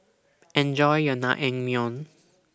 Enjoy your Naengmyeon